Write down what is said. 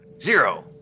Zero